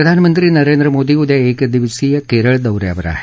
प्रधानमंत्री नरेंद्र मोदी उद्या एक दिवसीय केरळ दौऱ्यावर आहेत